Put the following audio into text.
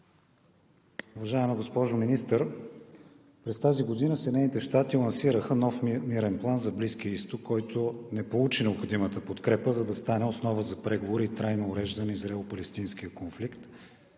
Уважаема госпожо Министър, през тази година Съединените щати лансираха нов мирен план за Близкия изток, който не получи необходимата подкрепа, за да стане основа за преговори и трайно уреждане на израело-палестинския конфликт.